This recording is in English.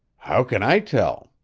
how can i tell?